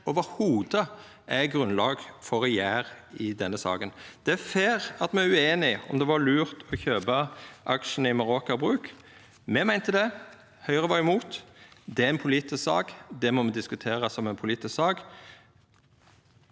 ikkje er grunnlag for å gjera i denne saka. Det er fair at me er ueinige om det var lurt å kjøpa aksjane i Meraker Brug. Me meinte det. Høgre var imot. Det er ei politisk sak, og det må me diskutera som ei politisk sak.